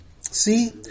see